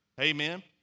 amen